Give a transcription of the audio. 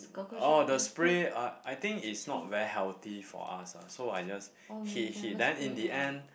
oh the spray I I think is not very healthy for us ah so I just he he then in the end